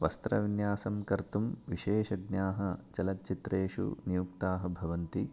वस्त्रविन्यासं कर्तुं विशेषज्ञाः चलच्चित्रेषु नियुक्ताः भवन्ति